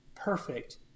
perfect